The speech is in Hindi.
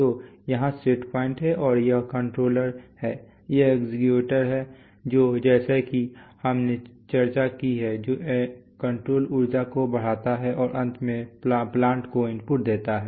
तो यहाँ सेट पॉइंट है और यह कंट्रोलर है यह एक्चुएटर है जो जैसा कि हमने चर्चा की है जो कंट्रोल ऊर्जा को बढ़ाता है और अंत में प्लांट को इनपुट देता है